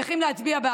צריכים להיות בעדו.